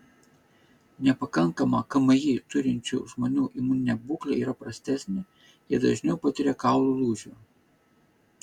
nepakankamą kmi turinčių žmonių imuninė būklė yra prastesnė jie dažniau patiria kaulų lūžių